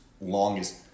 longest